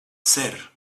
ser